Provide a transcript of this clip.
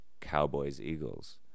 Cowboys-Eagles